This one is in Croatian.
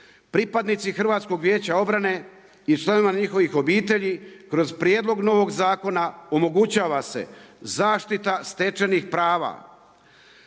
Pripadnici HVO-a i članova njihovih obitelji kroz prijedlog novog zakona omogućava se zaštita stečenih prava.